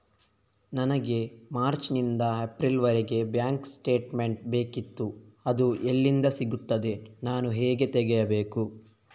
ನನಗೆ ಮಾರ್ಚ್ ನಿಂದ ಏಪ್ರಿಲ್ ವರೆಗೆ ಬ್ಯಾಂಕ್ ಸ್ಟೇಟ್ಮೆಂಟ್ ಬೇಕಿತ್ತು ಅದು ಎಲ್ಲಿಂದ ಸಿಗುತ್ತದೆ ನಾನು ಹೇಗೆ ತೆಗೆಯಬೇಕು?